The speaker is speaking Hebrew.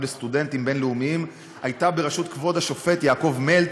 לסטודנטים בין-לאומיים הייתה בראשות כבוד השופט יעקב מלץ,